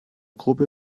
gruppe